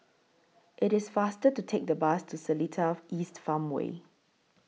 IT IS faster to Take The Bus to Seletar East Farmway